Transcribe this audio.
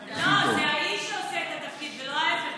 לא, זה האיש שעושה את התפקיד, ולא ההפך.